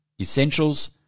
Essentials